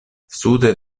sude